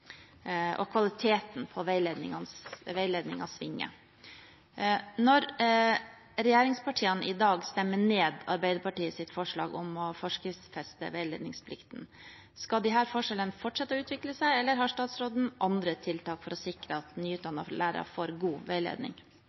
og kvaliteten på veiledningen svinger. Når regjeringspartiene i dag stemmer ned Arbeiderpartiets forslag om å forskriftsfeste veiledningsplikten, skal disse forskjellene fortsette å utvikle seg, eller har statsråden andre tiltak for å sikre at nyutdannede lærere får god veiledning?